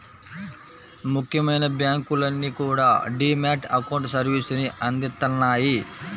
ముఖ్యమైన బ్యాంకులన్నీ కూడా డీ మ్యాట్ అకౌంట్ సర్వీసుని అందిత్తన్నాయి